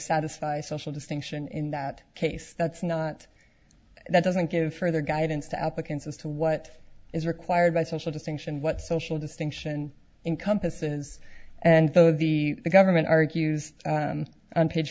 satisfy social distinction in that case that's not that doesn't give further guidance to applicants as to what is required by social distinction what social distinction encompases and the government argues on page